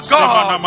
God